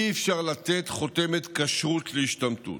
אי-אפשר לתת חותמת כשרות להשתמטות.